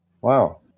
Wow